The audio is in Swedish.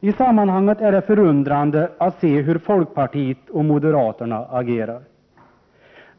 Det är förundrande att se hur folkpartiet och moderaterna agerar i detta sammanhang.